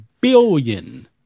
billion